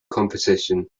competition